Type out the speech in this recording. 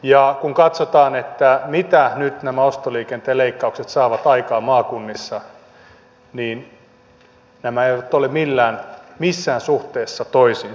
ja kun katsotaan mitä nyt nämä ostoliikenteen leikkaukset saavat aikaan maakunnissa niin nämä eivät ole missään suhteessa toisiinsa